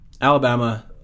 Alabama